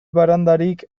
barandarik